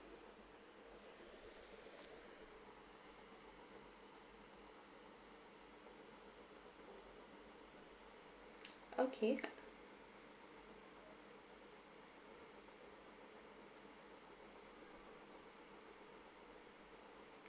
okay